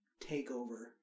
takeover